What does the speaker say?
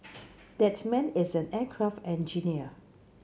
that man is an aircraft engineer